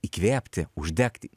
įkvėpti uždegti